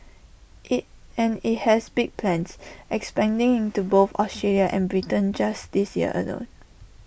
hey and IT has big plans expanding into both Australia and Britain just this year alone